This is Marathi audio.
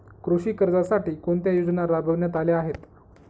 कृषी कर्जासाठी कोणत्या योजना राबविण्यात आल्या आहेत?